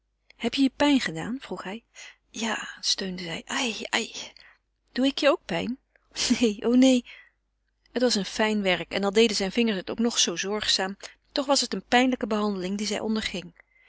heb je je pijn gedaan vroeg hij ja steunde zij ai ai doe ik je ook pijn neen o neen het was een fijn werk en al deden zijne vingers het ook nog zoo zorgzaam toch was het een pijnlijke behandeling die zij onderging